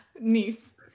nice